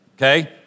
Okay